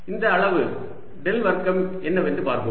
இந்த அளவு டெல் வர்க்கம் என்னவென்று பார்ப்போம்